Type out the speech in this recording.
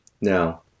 Now